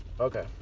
Okay